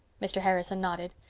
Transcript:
mr. harrison nodded.